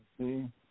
see